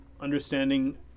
understanding